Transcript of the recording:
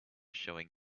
showing